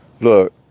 look